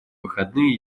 выходные